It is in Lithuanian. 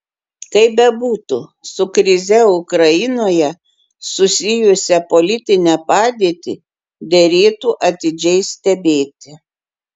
kaip bebūtų su krize ukrainoje susijusią politinę padėtį derėtų atidžiai stebėti